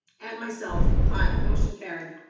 and myself, i, motion carried.